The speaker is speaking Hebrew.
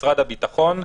משרד הביטחון,